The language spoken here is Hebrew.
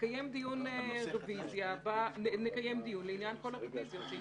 נקיים דיון לעניין כל הרביזיות.